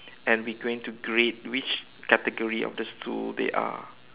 and we going to grade which category of the stool they are